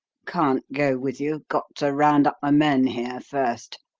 can't go with you. got to round up my men here, first.